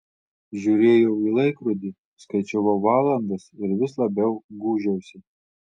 žiūrėjau į laikrodį skaičiavau valandas ir vis labiau gūžiausi